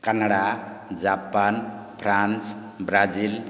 Canada Japan France Brazil